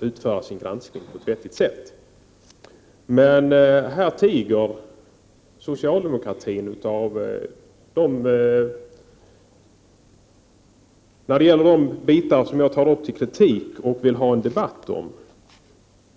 utföra sin granskning på ett vettig sätt. Här tiger socialdemokratin när det gäller de frågor jag tar upp till kritik och vill ha en debatt om.